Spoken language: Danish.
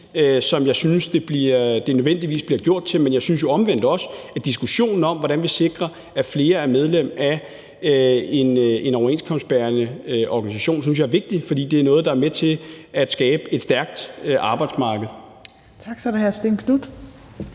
som jeg synes at det bliver gjort til. Men jeg synes jo omvendt også, at diskussionen om, hvordan vi sikrer, at flere er medlem af en overenskomstbærende organisation, er vigtig, fordi det er noget, der er med til at skabe et stærkt arbejdsmarked. Kl. 16:23 Fjerde